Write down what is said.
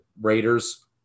Raiders